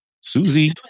Susie